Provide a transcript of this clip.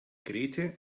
grete